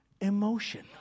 emotion